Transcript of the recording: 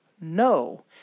no